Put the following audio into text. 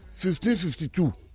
1552